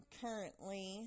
currently